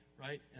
right